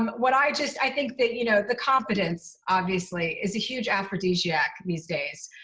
um what i just i think that, you know, the competence, obviously, is a huge aphrodisiac these days.